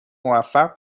موفق